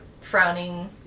frowning